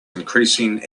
increasing